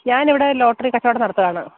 ഞാനിവിടെ ലോട്ടറി കച്ചവടം നടത്തുകയാണ്